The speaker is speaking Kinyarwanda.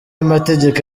amategeko